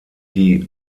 die